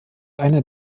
einer